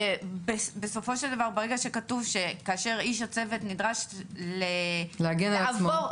בסופו של דבר ברגע שכתוב כאשר איש הצוות נדרש ל- -- להגן על עצמו.